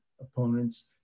opponents